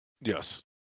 Yes